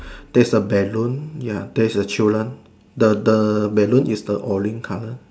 there's a balloon ya there's a children the the balloon is the orange colour